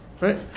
Right